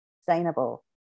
sustainable